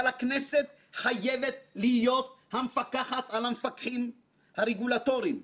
אבל הכנסת חייבת להיות המפקחת על המפקחים הרגולטורים,